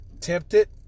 tempted